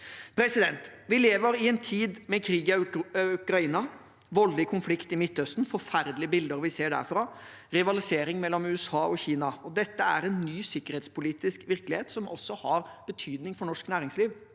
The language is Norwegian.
vei ned. Vi lever i en tid med krig i Ukraina, med en voldelig konflikt i Midtøsten – det er forferdelige bilder vi ser derfra – og rivalisering mellom USA og Kina. Dette er en ny sikkerhetspolitisk virkelighet som også har betydning for norsk næringsliv.